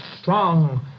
strong